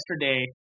yesterday